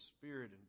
spirit